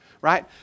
right